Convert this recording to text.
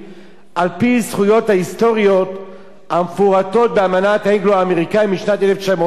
המפורטות באמנה האנגלו-אמריקנית" משנת 1924. אני לא אאריך,